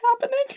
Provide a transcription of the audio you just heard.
happening